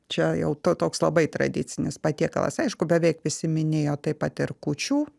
čia jau to toks labai tradicinis patiekalas aišku beveik visi minėjo taip pat ir kūčių